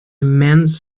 immense